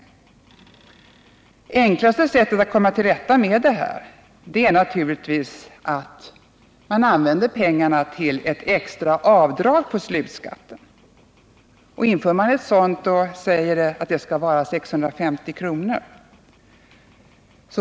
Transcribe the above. Det enklaste sättet att komma till rätta med detta är naturligtvis att man använder pengarna till ett extra avdrag på slutskatten. Inför man ett sådant och säger att det skall vara 650 kr.